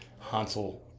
Hansel